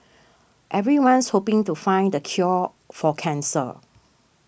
everyone's hoping to find the cure for cancer